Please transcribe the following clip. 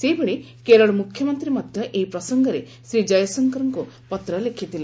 ସେହିଭଳି କେରଳ ମୁଖ୍ୟମନ୍ତ୍ରୀ ମଧ୍ୟ ଏହି ପ୍ରସଙ୍ଗରେ ଶ୍ରୀ ଜୟଶଙ୍କରଙ୍କୁ ପତ୍ର ଲେଖିଥିଲେ